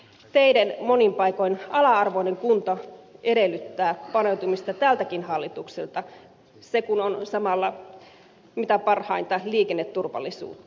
teiden monin paikoin ala arvoinen kunto edellyttää paneutumista tältäkin hallitukselta se kun on samalla mitä parhaiten liikenneturvallisuus